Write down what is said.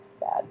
bad